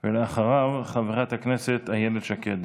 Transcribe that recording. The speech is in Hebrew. אחריו, חברת הכנסת איילת שקד.